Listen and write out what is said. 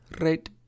right